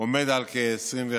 עומד על כ-21%.